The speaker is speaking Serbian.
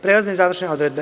Prelazne i završne odredbe.